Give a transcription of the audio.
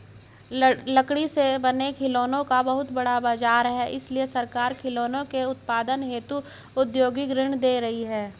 लकड़ी से बने खिलौनों का बहुत बड़ा बाजार है इसलिए सरकार खिलौनों के उत्पादन हेतु औद्योगिक ऋण दे रही है